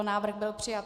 Návrh byl přijat.